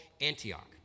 Antioch